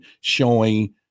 showing